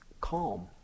calm